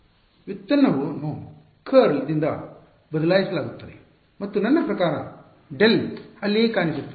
ಈ ವ್ಯುತ್ಪನ್ನವನ್ನು ಕರ್ಲ್ ದಿಂದ ಬದಲಾಯಿಸಲಾಗುತ್ತದೆ ಮತ್ತು ನನ್ನ ಪ್ರಕಾರ ಡೆಲ್ ಅಲ್ಲಿಯೇ ಕಾಣಿಸುತ್ತದೆ